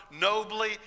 nobly